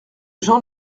gens